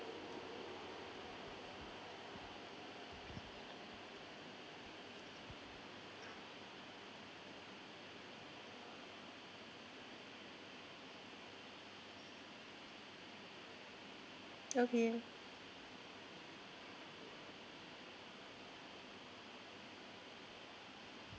okay